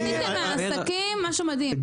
עשיתם מהעסקים משהו מדהים.